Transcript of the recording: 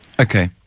Okay